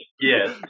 Yes